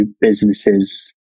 businesses